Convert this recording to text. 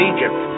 Egypt